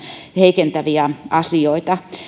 heikentäviä asioita